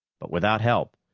but without help,